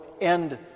end